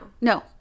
no